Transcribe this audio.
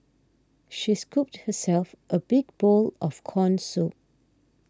she scooped herself a big bowl of Corn Soup